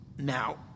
Now